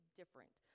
different